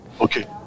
Okay